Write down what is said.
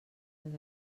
les